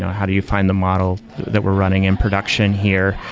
how do you find the model that we're running in production here?